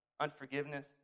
unforgiveness